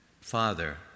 Father